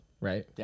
right